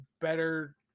better